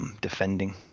defending